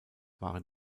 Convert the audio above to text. waren